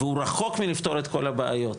והוא רחוק מלפתור את כל הבעיות.